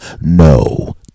No